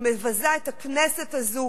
היא מבזה את הכנסת הזאת,